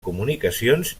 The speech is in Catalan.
comunicacions